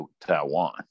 Taiwan